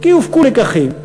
כי הופקו לקחים.